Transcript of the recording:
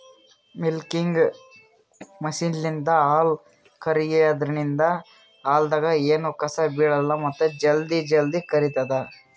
milking ಮಷಿನ್ಲಿಂತ್ ಹಾಲ್ ಕರ್ಯಾದ್ರಿನ್ದ ಹಾಲ್ದಾಗ್ ಎನೂ ಕಸ ಬಿಳಲ್ಲ್ ಮತ್ತ್ ಜಲ್ದಿ ಜಲ್ದಿ ಕರಿತದ್